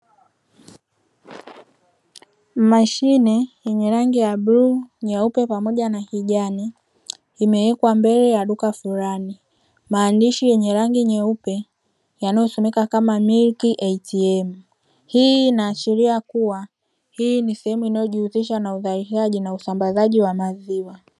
Mashine yenye rangi ya bluu nyeupe pamoja na kijani imewekwa mbele ya duka fulani, maandishi yenye rangi nyeupe yanayosomeka kama "Milk ATM", hii inaashiria kuwa hii ni sehemu inayojihusisha na uzalishaji na usambazaji wa maziwa.